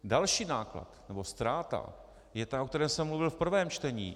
Další náklad nebo ztráta je ta, o které jsem mluvil v prvém čtení.